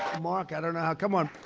mark, i don't know how come on.